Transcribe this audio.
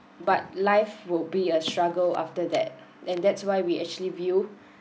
but life will be a struggle after that and that's why we actually view